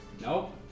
Nope